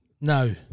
No